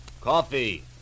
Coffee